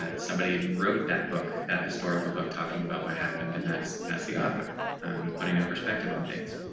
ah somebody wrote that book that historical book talking about what happened and that's that's the author putting their perspective on things.